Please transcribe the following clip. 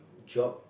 job